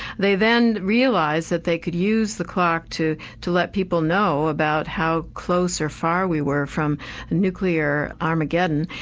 they then realised that they could use the clock to to let people know about how close or far we were from nuclear armageddon,